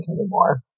anymore